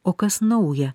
o kas nauja